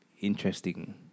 interesting